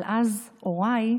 אבל אז הוריי,